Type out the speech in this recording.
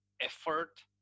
effort